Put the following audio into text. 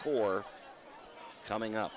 four coming up